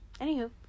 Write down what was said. Anywho